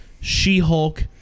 She-Hulk